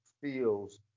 feels